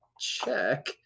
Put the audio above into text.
check